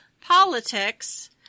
politics